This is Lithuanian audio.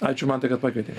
ačiū mantai kad pakvietei